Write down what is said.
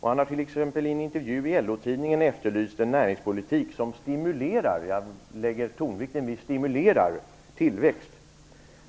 Han har t.ex. i en intervju i LO tidningen efterlyst en näringspolitik som stimulerar tillväxt.